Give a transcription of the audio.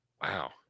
wow